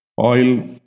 oil